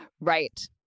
Right